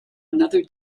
another